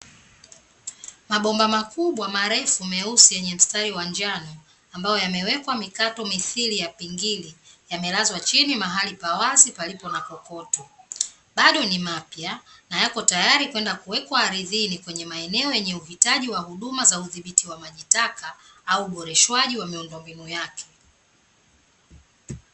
Mabomba makubwa marefu meusi yenye mstari wa njano ambayo yamewekwa mikato mithili ya pingili, yamelazwa chini mahali pa wazi palipo na kokoto, bado ni mapya na yako kwenda kuwekwa ardhini kwenye maeneo yenye uhitaji wa huduma za udhibiti wa maji taka au uboreshwaji wa miundombinu yake.